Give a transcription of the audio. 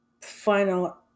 final